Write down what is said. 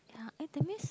yeah eh that means